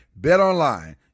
BetOnline